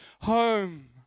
home